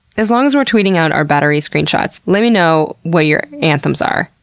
as long as we're tweeting out our battery screenshots, let me know what your anthems are.